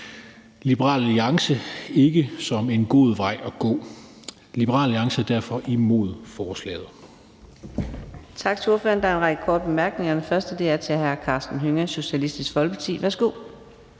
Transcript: Liberal Alliance ikke som en god vej at gå. Liberal Alliance er derfor imod forslaget.